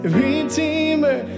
redeemer